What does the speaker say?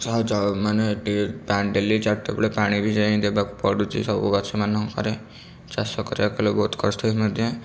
ମାନେ ପାଣି ଡେଲି ଚାରିଟାବେଳେ ପାଣି ବି ଯାଇ ଦେବାକୁ ପଡ଼ୁଛି ସବୁ ଗଛମାନଙ୍କରେ ଚାଷ କରିବାକୁ ହେଲେ ବହୁତ କଷ୍ଟ